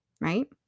right